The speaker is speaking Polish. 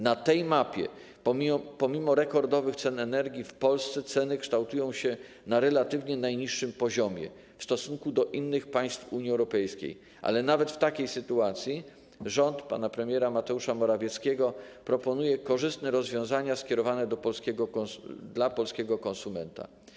Na tej mapie, pomimo rekordowych cen energii, w Polsce ceny kształtują się na relatywnie najniższym poziomie w stosunku do innych państw Unii Europejskiej, ale nawet w takiej sytuacji rząd pana premiera Mateusza Morawieckiego proponuje korzystne rozwiązania skierowane do polskiego konsumenta.